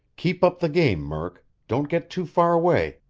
keep up the game, murk. don't get too far away.